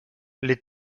les